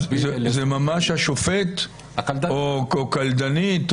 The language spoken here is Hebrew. זה ממש השופט או קלדנית?